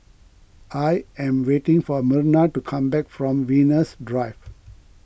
I am waiting for Myrna to come back from Venus Drive